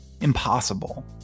impossible